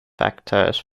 factors